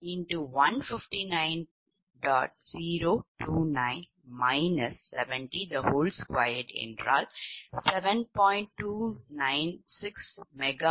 296MW